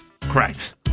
Correct